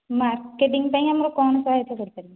marketing ପାଇଁ ଆମର କ'ଣ ସହାୟତା ଦରକାର